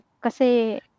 Kasi